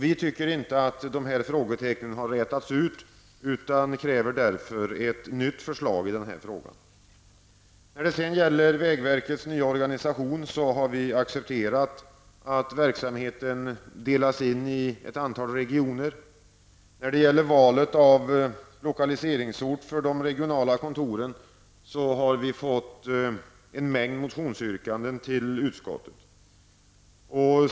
Vi tycker inte att dessa frågetecken har rätats ut utan kräver ett nytt förslag i den här frågan. I fråga om vägverkets nya organisation har vi accepterat att verksamheten delas in i ett antal regioner. När det gäller valet av lokaliseringsort för de regionala kontoren har vi fått en mängd motionsyrkanden till utskottet.